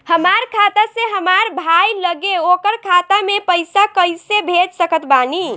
हमार खाता से हमार भाई लगे ओकर खाता मे पईसा कईसे भेज सकत बानी?